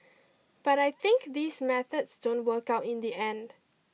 but I think these methods don't work out in the end